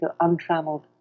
untrammeled